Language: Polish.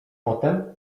potem